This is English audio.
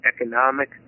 economic